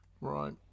Right